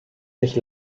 sich